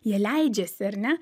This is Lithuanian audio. jie leidžiasi ar ne